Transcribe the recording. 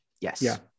Yes